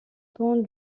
pont